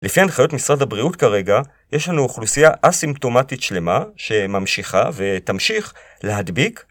לפי הנחיות משרד הבריאות כרגע יש לנו אוכלוסייה אסימפטומטית שלמה שממשיכה ותמשיך להדביק